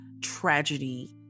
tragedy